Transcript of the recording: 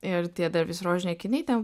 ir tie dar vis rožiniai akiniai ten